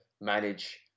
manage